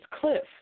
cliff